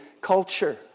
culture